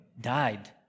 died